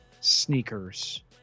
Sneakers